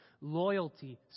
loyalty